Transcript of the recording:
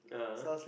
ah